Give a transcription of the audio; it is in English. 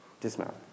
dismount